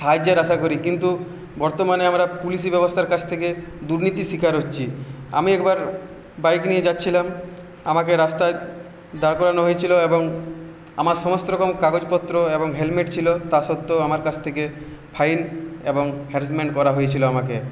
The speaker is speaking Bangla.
সাহায্যের আশা করি কিন্তু বর্তমানে আমরা পুলিশি ব্যবস্থার কাছ থেকে দুর্নীতির শিকার হচ্ছি আমি একবার বাইক নিয়ে যাচ্ছিলাম আমাকে রাস্তায় দাঁড় করানো হয়েছিলো এবং আমার সমস্ত রকম কাগজপত্র এবং হেলমেট ছিল তা সত্ত্বেও আমার কাছ থেকে ফাইন এবং হ্যারাসমেন্ট করা হয়েছিলো আমাকে